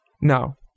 no